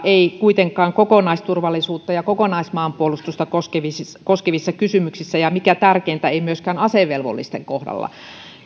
ei kuitenkaan kokonaisturvallisuutta ja kokonaismaanpuolustusta koskevissa koskevissa kysymyksissä ja mikä tärkeintä ei myöskään asevelvollisten kohdalla